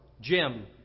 Jim